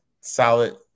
solid –